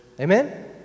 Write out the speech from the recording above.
Amen